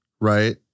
right